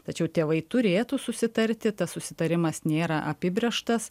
tačiau tėvai turėtų susitarti tas susitarimas nėra apibrėžtas